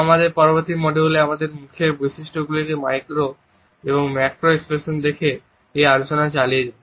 আমাদের পরবর্তী মডিউলে আমরা আমাদের মুখের বৈশিষ্ট্যগুলিতে মাইক্রো এবং ম্যাক্রো এক্সপ্রেশন দেখে এই আলোচনা চালিয়ে যাব